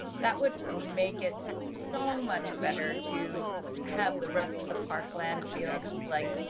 that would make it so much better to have the rest of the parkland feels like.